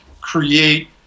create